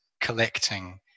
collecting